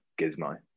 gizmo